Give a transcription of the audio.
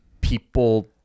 People